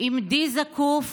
// עמדי זקוף,